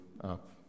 up